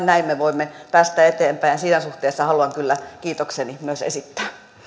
näin me voimme päästä eteenpäin ja siinä suhteessa haluan kyllä kiitokseni myös esittää